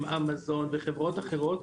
עם אמזון וחברות אחרות.